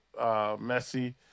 Messi